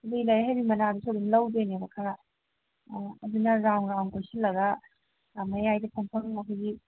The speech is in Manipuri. ꯂꯩ ꯍꯥꯏꯗꯤ ꯃꯅꯥꯗꯨꯁꯨ ꯑꯗꯨꯝ ꯂꯧꯗꯣꯏꯅꯦꯕ ꯈꯔ ꯑꯗꯨꯅ ꯔꯥꯎꯟ ꯔꯥꯎꯟ ꯀꯣꯏꯁꯤꯜꯂꯒ ꯃꯌꯥꯏꯗ ꯐꯝꯐꯝ ꯑꯩꯈꯣꯏꯒꯤ